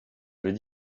veux